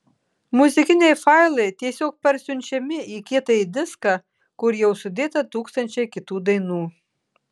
muzikiniai failai tiesiog parsiunčiami į kietąjį diską kur jau sudėta tūkstančiai kitų dainų